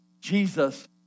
Jesus